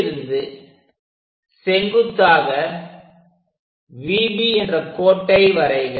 Vலிருந்து செங்குத்தாக VB என்ற கோட்டை வரைக